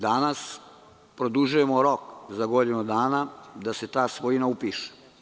Danas produžujemo rok za godinu dana da se ta svojina upiše.